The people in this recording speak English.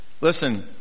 Listen